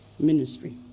Ministry